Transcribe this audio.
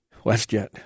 WestJet